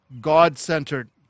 God-centered